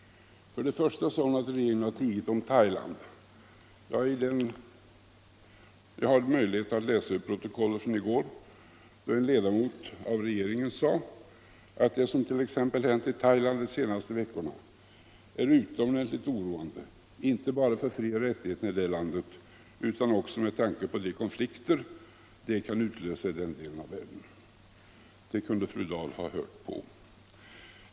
För det första sade hon att regeringen har tigit om Thailand. Jag har möjlighet att läsa ur protokollet från i går. En ledamot av regeringen framhöll då att det som hänt i Thailand under de senaste veckorna är utomordentligt oroande, inte bara för frioch rättigheterna i det landet utan också med tanke på de konflikter som det kan utlösa i den delen av världen. Det uttalandet kunde fru Dahl ha lyssnat på.